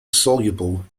soluble